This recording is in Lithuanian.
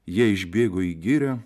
jie išbėgo į girią